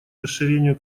расширению